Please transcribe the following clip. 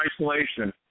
isolation